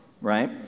right